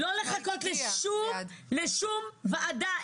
לא לחכות לשום ועדה.